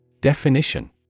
Definition